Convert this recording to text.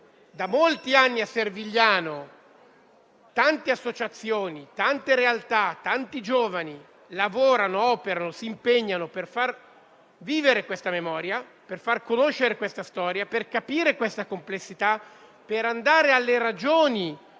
Da molti anni a Servigliano una quantità di associazioni, di realtà, di giovani lavorano, operano e si impegnano per far vivere questa memoria, per far conoscere questa storia, per capire questa complessità, per andare alle ragioni